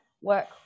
work